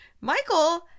Michael